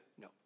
No